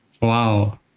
Wow